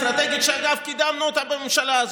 אסטרטגיה שקידמנו אותה בממשלה הזאת,